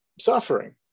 suffering